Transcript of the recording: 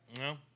No